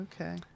Okay